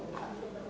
Hvala